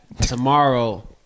tomorrow